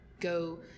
go